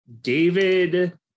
David